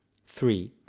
three.